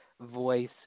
voice